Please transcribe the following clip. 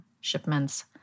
shipments